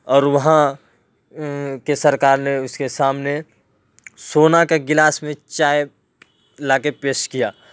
اور وہاں کے سرکار نے اس کے سامنے سونا کا گلاس میں چائے لا کے پیش کیا